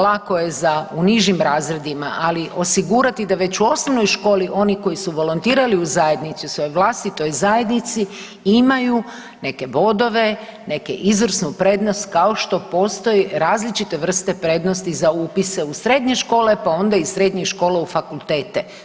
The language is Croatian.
Lako je za u nižim razredima, ali osigurati da već u osnovnoj školi, oni koji su volontirali u zajednici, u svojoj vlastitoj zajednici, imaju neke bodove, neku izvrsnu prednost kao što postoje različite vrste prednosti za upise u srednje škole, pa onda iz srednjih škola u fakultete.